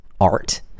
art